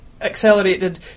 accelerated